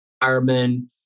firemen